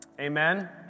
Amen